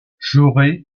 j’aurai